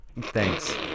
Thanks